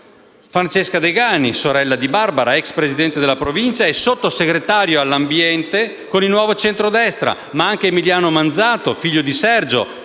Francesca Degani, sorella di Barbara, ex presidente della Provincia e Sottosegretario all'ambiente con il Nuovo Centrodestra, ma anche Emiliano Manzato, figlio di Sergio,